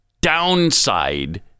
downside